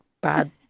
bad